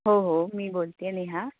हो हो मी बोलते आहे नेहा